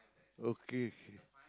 okay kay